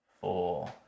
four